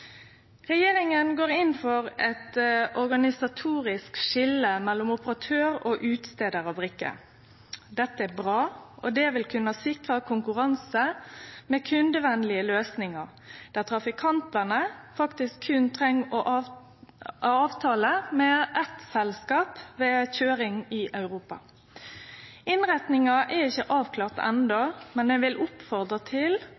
Regjeringa går inn for eit organisatorisk skilje mellom operatør og dei som sender ut brikker. Dette er bra, og det vil kunne sikre konkurranse, med kundevenlege løysingar, der trafikantane faktisk berre treng avtale med eitt selskap ved køyring i Europa. Innretninga er ikkje avklart enno, men eg vil oppfordre til